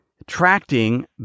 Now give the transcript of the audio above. attracting